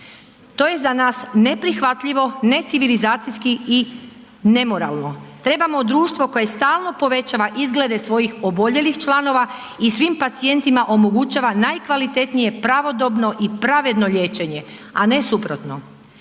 To je za nas neprihvatljivo, necivilizacijski i nemoralno. Trebamo društvo koje stalno povećava izglede svojih oboljelih članova i svim pacijentima omogućava najkvalitetnije pravodobno i pravedno liječenje a ne suprotno.